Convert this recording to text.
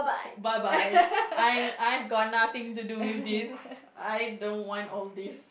bye bye I'm I have got nothing to do with this I don't want all this